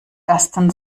ersten